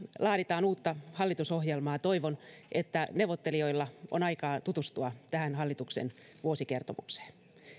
laaditaan uutta hallitusohjelmaa toivon että neuvottelijoilla on aikaa tutustua tähän hallituksen vuosikertomukseen